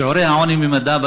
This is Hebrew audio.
שיעור העוני וממדיו,